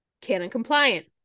canon-compliant